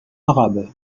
arabe